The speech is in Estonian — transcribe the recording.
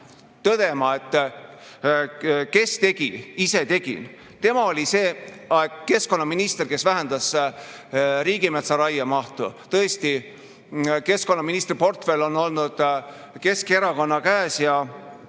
tõdema: "Kes tegi? Ise tegin." Tema oli see keskkonnaminister, kes vähendas riigimetsa raie mahtu. Tõesti, keskkonnaministri portfell on olnud Keskerakonna käes ja